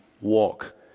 walk